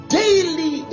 daily